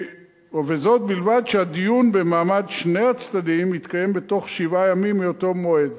וזאת בלבד שהדיון במעמד שני הצדדים יתקיים בתוך שבעה ימים מאותו מועד.